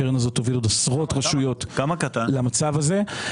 הקרן הזאת תביא עוד עשרות רשויות למצב הזה.